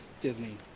Disney